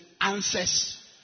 answers